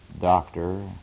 doctor